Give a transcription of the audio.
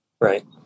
Right